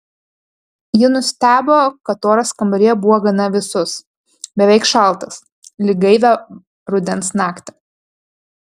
ji nustebo kad oras kambaryje buvo gana vėsus beveik šaltas lyg gaivią rudens naktį